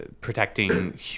protecting